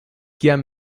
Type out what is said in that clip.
kiam